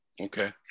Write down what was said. Okay